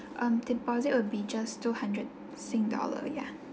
um deposit will be just two hundred sing dollar ya